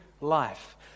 life